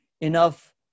enough